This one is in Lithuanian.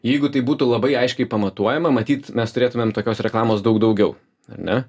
jeigu tai būtų labai aiškiai pamatuojama matyt mes turėtumėm tokios reklamos daug daugiau ar ne